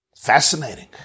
Fascinating